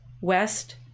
West